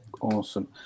awesome